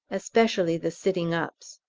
especially the sitting-ups.